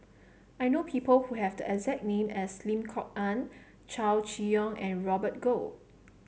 I know people who have the exact name as Lim Kok Ann Chow Chee Yong and Robert Goh